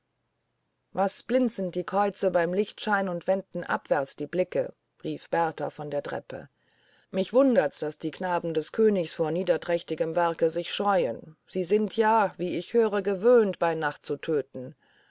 was blinzen die käuze beim lichtschein und wenden abwärts den blick rief berthar von der treppe mich wundert's daß die knaben des königs vor niederträchtigem werke sich scheuen sie sind ja wie ich höre gewöhnt bei nacht zu töten